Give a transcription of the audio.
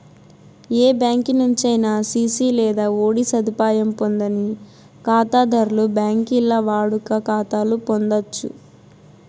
ఏ బ్యాంకి నుంచైనా సిసి లేదా ఓడీ సదుపాయం పొందని కాతాధర్లు బాంకీల్ల వాడుక కాతాలు పొందచ్చు